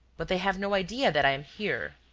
but they have no idea that i am here.